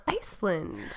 Iceland